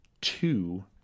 two